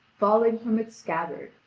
falling from its scabbard,